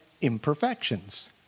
imperfections